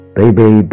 Baby